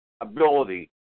ability